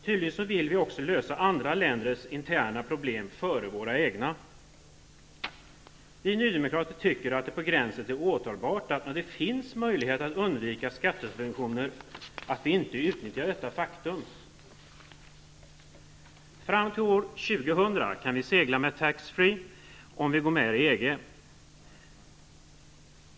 Tydligen vill vi också lösa andra länders interna problem före våra egna. Vi nydemokrater tycker att det är på gränsen till åtalbart att, när det finns möjlighet att undvika skattesubventioner, inte utnyttja det. Fram till år 2000 kan vi segla med taxfree om vi går med i EG.